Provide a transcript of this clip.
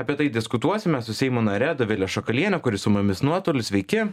apie tai diskutuosime su seimo nare dovile šakaliene kuri su mumis nuotoliu sveiki